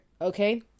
Okay